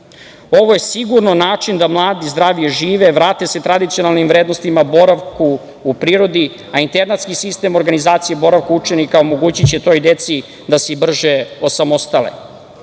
je sigurno način da mladi zdravije žive, vrate se tradicionalnim vrednostima, boravku u prirodi, a internatski sistem organizacije boravka učenika omogući će toj deci da se i brže osamostale. Koja